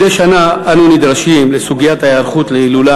מדי שנה אנו נדרשים לסוגיית ההיערכות להילולה